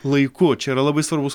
laiku čia yra labai svarbus